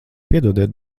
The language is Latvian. piedodiet